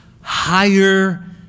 higher